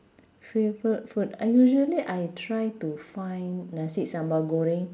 favourite food I usually I try to find nasi sambal goreng